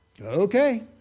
okay